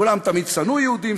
כולם תמיד שנאו יהודים,